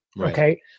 Okay